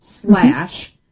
slash